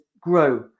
grow